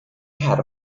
ahead